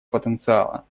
потенциала